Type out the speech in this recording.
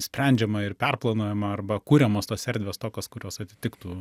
sprendžiama ir perplanuojama arba kuriamos tos erdvės tokios kurios atitiktų